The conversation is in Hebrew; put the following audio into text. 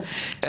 החקיקה.